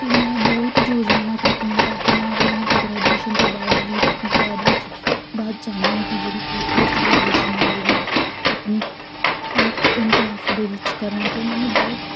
ਅਤੇ ਮੈਂ ਬਹੁਤ ਯੋਜਨਾਵਾਂ ਕੀਤੀਆਂ ਤਾਂ ਮੈਂ ਹੁਣ ਗ੍ਰੈਜੂਏਸ਼ਨ ਤੋਂ ਬਾਅਦ ਵੀ ਯਾਦ ਵਿੱਚ ਬਾਅਦ ਚਾਹੁੰਦੀ ਹਾਂ ਕਿ ਜਿਹੜੀ ਪ੍ਰੋ ਪੋਸਟ ਗ੍ਰੈਜੂਏਸ਼ਨ ਹੈ ਜਿਹੜੀ ਮੈਂ ਆਪਣੀ ਆਰਟ ਐਂਡ ਕਰਾਫਟ ਦੇ ਵਿੱਚ ਕਰਾਂ ਅਤੇ ਮੈਨੂੰ ਬਹੁਤ